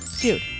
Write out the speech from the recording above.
Dude